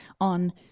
on